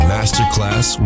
Masterclass